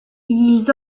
ils